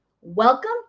Welcome